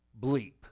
bleep